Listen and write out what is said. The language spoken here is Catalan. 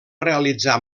realitzar